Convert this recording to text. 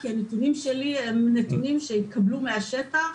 כי הנתונים שלי הם נתונים שהתקבלו מהשטח